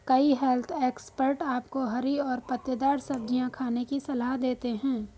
कई health expert आपको हरी और पत्तेदार सब्जियां खाने की सलाह देते हैं